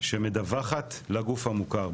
שמדווחת לגוף המוכר.